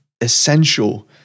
essential